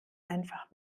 einfach